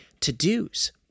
to-dos